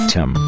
Tim